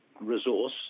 resource